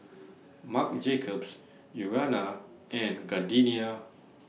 Marc Jacobs Urana and Gardenia